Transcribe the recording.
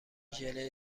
ژله